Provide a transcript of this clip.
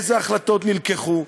איזה החלטות נלקחו.